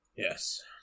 Yes